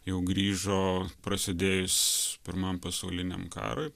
jau grįžo prasidėjus pirmam pasauliniam karui